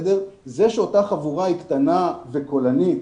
זו שאותה חבורה היא קטנה וקולנית,